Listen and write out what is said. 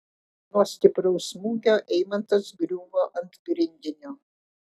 nuo stipraus smūgio eimantas griuvo ant grindinio